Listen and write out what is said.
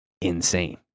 insane